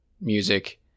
music